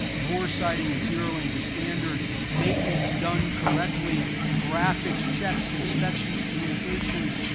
bore sighting and zeroing to standard, maintenance done correctly, graphics checks, inspections, communications,